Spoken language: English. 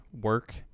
work